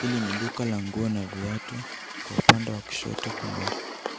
Hili ni duka la nguo na viatu. Kwa upande wa kushoto kuna